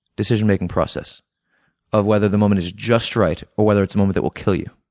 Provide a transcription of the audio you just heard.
decision making process of whether the moment is just right or whether it's a moment that will kill you.